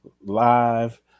Live